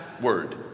word